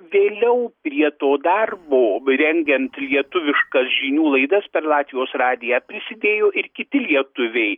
vėliau prie to darbo rengiant lietuviškas žinių laidas per latvijos radiją prisidėjo ir kiti lietuviai